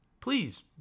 please